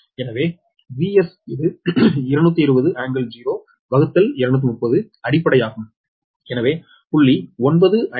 எனவே Vs இது 𝟐𝟐0∟𝟎 230 அடிப்படையாகும் எனவே 0